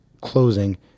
closing